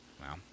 Wow